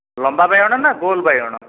ଲମ୍ବା ବାଇଗଣ ନା ଗୋଲ୍ ବାଇଗଣ